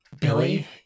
Billy